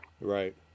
Right